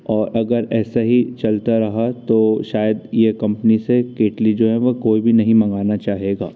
और अगर ऐसा ही चलता रहा तो शायद यह कम्पनी से केतली जो है वह कोई भी नहीं मंगाना चाहेगा